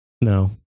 No